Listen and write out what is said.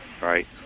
Right